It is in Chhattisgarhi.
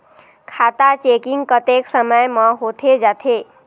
खाता चेकिंग कतेक समय म होथे जाथे?